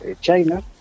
China